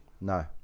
No